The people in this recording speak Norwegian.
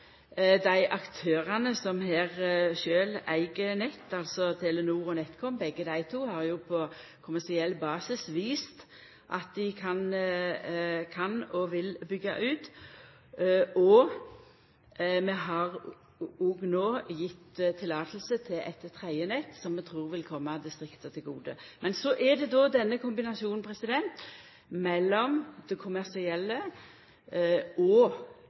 aktørane som sjølve eig nett, Telenor og NetCom, har på kommersiell basis vist at dei kan og vil byggja ut, og vi har no gjeve løyve til eit tredje nett, som vi trur vil koma distrikta til gode. Men så er det denne kombinasjonen mellom det kommersielle og